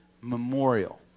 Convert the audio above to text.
memorial